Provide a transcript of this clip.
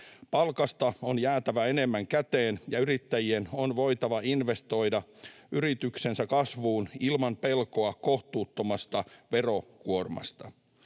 Palkasta on jäätävä enemmän käteen, ja yrittäjien on voitava investoida yritystensä kasvuun ilman pelkoa kohtuuttomasta verokuormasta.